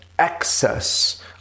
excess